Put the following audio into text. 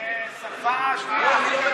זאת השפה השנייה.